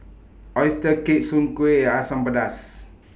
Oyster Cake Soon Kueh and Asam Pedas